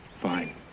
Fine